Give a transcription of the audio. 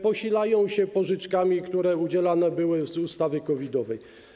Posilają się pożyczkami, które udzielane były z ustawy COVID-owej.